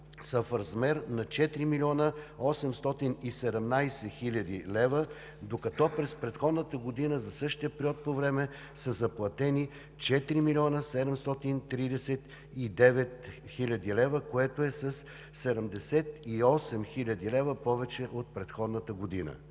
са в размер на 4 млн. 817 хил. лв., докато през предходната година за същия период по време са заплатени 4 млн. 739 хил. лв., което е със 78 хил. лв. повече от предходната година.